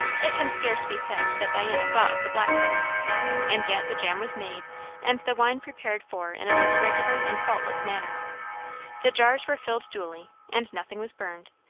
it can scarce be said that diana thought of the blackberries and yet, the jam was made and the wine prepared for in a most regular and faultless manner the jars were filled duly, and nothing was burned,